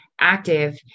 active